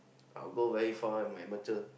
I'll go very far with my amateur